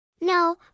No